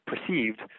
perceived –